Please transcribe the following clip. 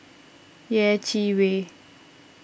Yeh Chi Wei